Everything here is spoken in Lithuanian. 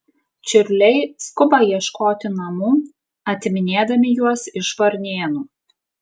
čiurliai skuba ieškoti namų atiminėdami juos iš varnėnų